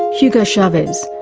hugo chavez,